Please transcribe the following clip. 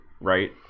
right